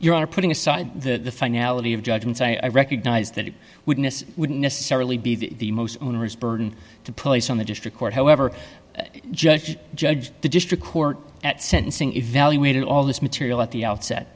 you are putting aside the finality of judgments i recognize that it wouldn't wouldn't necessarily be the most onerous burden to place on the district court however judge judge the district court at sentencing evaluated all this material at the outset